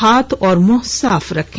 हाथ और मुंह साफ रखें